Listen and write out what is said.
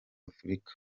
africa